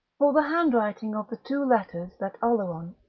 for the handwriting of the two letters that oleron,